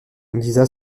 lisa